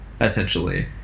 essentially